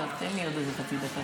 תן לי חצי דקה.